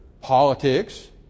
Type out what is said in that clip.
politics